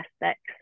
aspects